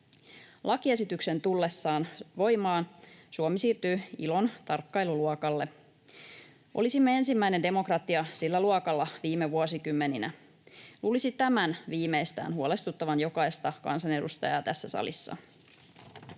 Lakiesityksen tullessa voimaan Suomi siirtyy ILOn tarkkailuluokalle. Olisimme ensimmäinen demokratia sillä luokalla viime vuosikymmeninä. Luulisi viimeistään tämän huolestuttavan jokaista kansanedustajaa tässä salissa.